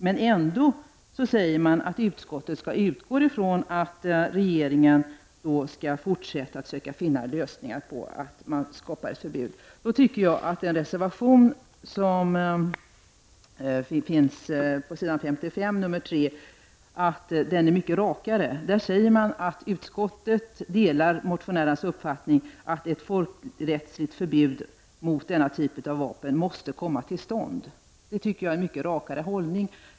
Men ändå säger man att utskottet utgår från att regeringen skall fortsätta att söka finna lösningar, så att ett förbud trots allt kan införas. Reservation 3 som återfinns på s. 55, är mycket rakare. I den sägs att utskottet delar motionärernas uppfattning att ett folkrättsligt förbud mot denna typ av vapen måste komma till stånd. Det är en mycket rakare hållning.